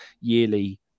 yearly